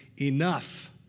Enough